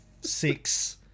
six